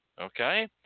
okay